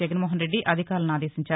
జగన్మోహన్ రెడ్డి అధికారులను ఆదేశించారు